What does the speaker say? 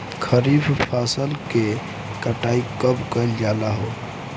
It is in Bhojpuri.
खरिफ फासल के कटाई कब कइल जाला हो?